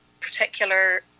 particular